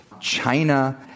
China